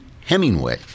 Hemingway